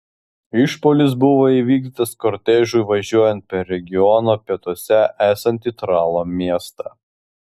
išpuolis buvo įvykdytas kortežui važiuojant per regiono pietuose esantį tralo miestą